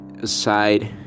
aside